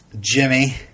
Jimmy